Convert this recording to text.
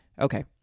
Okay